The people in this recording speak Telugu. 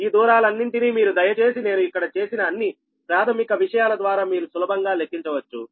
ఈ దూరాలన్నింటినీ మీరు దయచేసి నేను ఇక్కడ చేసిన అన్ని ప్రాథమిక విషయాల ద్వారా మీరు సులభంగా లెక్కించవచ్చు